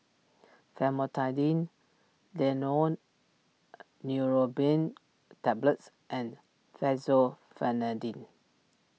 Famotidine Neurobion Tablets and Fexofenadine